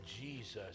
Jesus